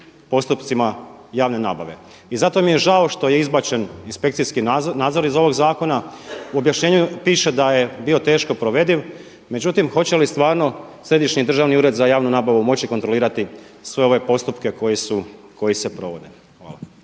postupcima javne nabave. I zato mi je žao što je izbačen inspekcijski nadzor iz ovog zakona. U objašnjenju piše da je bio teško provediv. Međutim, hoće li stvarno Središnji državni ured za javnu nabavu moći kontrolirati sve ove postupke koji se provode.